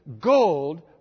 gold